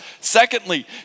Secondly